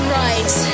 right